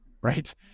right